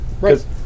Right